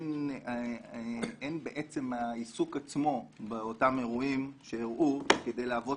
אין בעצם בעיסוק עצמו באותם אירועים שאירעו כדי להוות